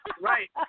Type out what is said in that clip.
Right